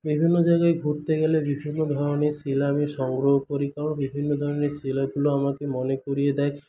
বিভিন্ন জায়গায় ঘুরতে গেলে বিভিন্ন ধরণের শিলা আমি সংগ্রহ করি কারণ বিভিন্ন ধরণের শিলাগুলো আমাকে মনে করিয়ে দেয়